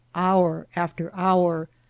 hour after hour,